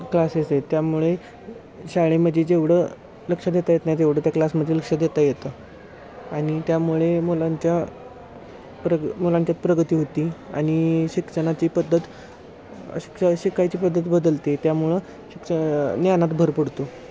classes आहेत त्यामुळे शाळेमध्ये जेवढं लक्ष देता येत नाही तेवढं त्या क्लासमध्ये लक्ष देता येतं आणि त्यामुळे मुलांच्या प्रग मुलांच्यात प्रगती होती आणि शिक्षणाची पद्धत शिक्ष शिकायची पद्धत बदलते त्यामुळं शिक्ष ज्ञानात भर पडतो